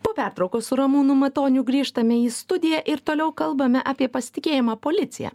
po pertraukos su ramūnu matoniu grįžtame į studiją ir toliau kalbame apie pasitikėjimą policija